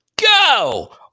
go